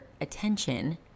attention